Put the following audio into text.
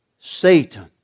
Satan